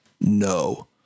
No